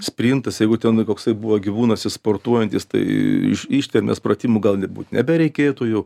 sprintas jeigu tenai koks tai buvo gyvūnas jis sportuojantis tai iš ištvermės pratimų gali būt nebereikėtų jau